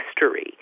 history